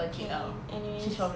okay anyways